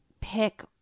pick